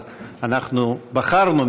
אז אנחנו בחרנו,